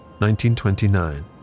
1929